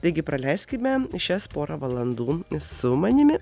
taigi praleiskime šias porą valandų su manimi